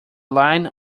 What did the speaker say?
line